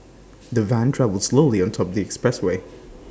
the van travelled slowly on the expressway